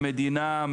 מדינה,